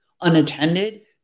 unattended